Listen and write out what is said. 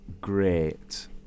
great